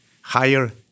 higher